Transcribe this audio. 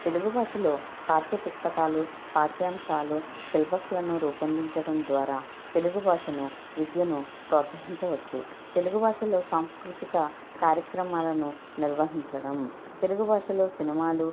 తెలుగు భాషలో పాఠ్యపుస్తకాలు పాఠ్యాంశాలు సిలబస్లను రూపొందించటం ద్వారా తెలుగు భాషను విద్యను ప్రోత్సహించవచ్చు తెలుగు భాషలో సాంస్కృతిక కార్యక్రమాలను నిర్వహించడం తెలుగు భాషలో సినిమాలు